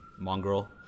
Mongrel